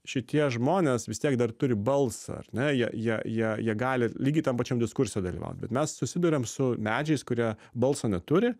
šitie žmonės vis tiek dar turi balsą ar ne jie jie jie jie gali lygiai tam pačiam diskurse dalyvaut bet mes susiduriam su medžiais kurie balso neturi